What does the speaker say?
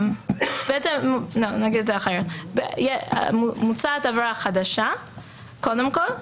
הצגה או פרסום של